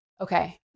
okay